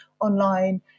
online